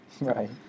Right